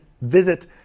visit